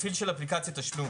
למפעיל של אפליקציית תשלום,